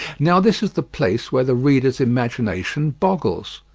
now this is the place where the reader's imagination boggles.